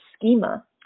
schema